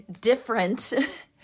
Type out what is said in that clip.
different